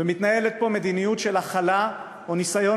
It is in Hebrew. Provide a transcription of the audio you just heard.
ומתנהלת פה מדיניות הכלה או ניסיון